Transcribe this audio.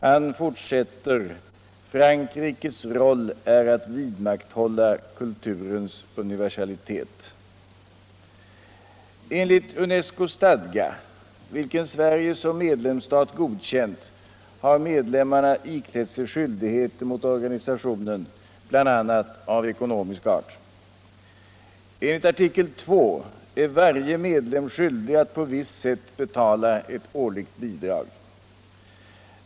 Han fortsätter: ”Frankrikes roll är att vidmakthålla kulturens universalitet.” Enligt UNESCO:s stadga, vilken Sverige som medlemsstat godkänt, har medlemmarna iklätt sig skyldighet mot organisationen bl.a. av ekonomisk art. Enligt artikel II är varje medlem skyldig att på visst sätt betala ett årligt bidrag.